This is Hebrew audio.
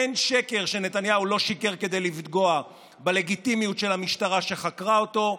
אין שקר שנתניהו לא שיקר כדי לפגוע בלגיטימיות של המשטרה שחקרה אותו,